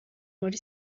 muri